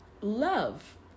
love